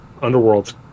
Underworlds